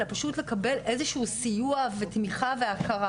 אלא פשוט לקבל איזשהו סיוע ותמיכה והכרה